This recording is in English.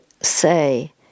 say